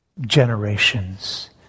generations